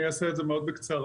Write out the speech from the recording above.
אני אעשה את זה מאוד בקצרה.